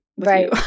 right